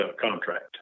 contract